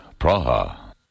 Praha